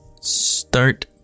start